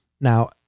Now